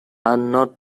not